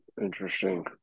Interesting